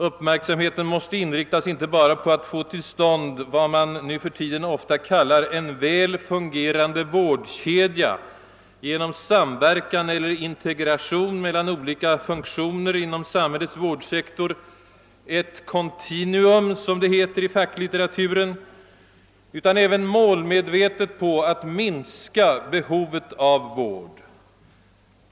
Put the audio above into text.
Uppmärksamheten måste inriktas inte bara på att få till stånd vad man nu för tiden ofta kallar en väl fungerande vårdkedja genom samverkan eller integration mellan olika funktioner inom samhällets vårdsektor — ett continuum, som det heter i facklitteraturen — utan även målmedvetet på att minska behovet av vård.